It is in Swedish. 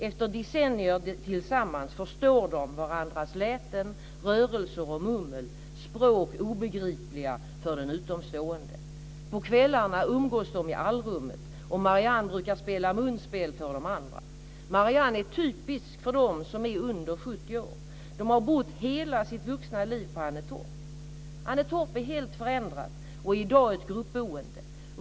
Efter decennier tillsammans förstår de varandras läten, rörelser och mummel, språk obegripliga för en utomstående. På kvällarna umgås de i allrummet och Marianne brukar spela munspel för de andra. Marianne är typisk för de som är under 70 år. De har bott hela sitt vuxna liv på Annetorp. Annetorp är helt förändrat och är i dag ett gruppboende.